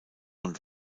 und